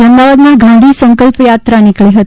આજે અમદાવાદમાં ગાંધી સંકલ્પયાત્રા નીકળી હતી